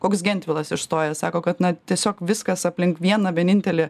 koks gentvilas išstoja sako kad na tiesiog viskas aplink vieną vienintelį